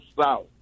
South